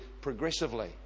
progressively